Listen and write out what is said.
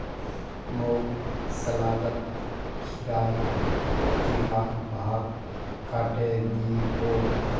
मोक सलादत खीरार तीखा भाग काटे दी बो